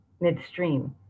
midstream